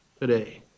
today